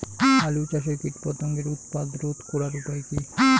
আলু চাষের কীটপতঙ্গের উৎপাত রোধ করার উপায় কী?